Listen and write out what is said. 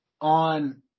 On